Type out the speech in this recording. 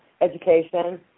education